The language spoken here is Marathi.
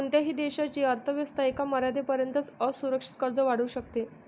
कोणत्याही देशाची अर्थ व्यवस्था एका मर्यादेपर्यंतच असुरक्षित कर्ज वाढवू शकते